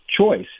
choice